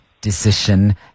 decision